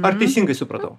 ar teisingai supratau